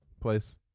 place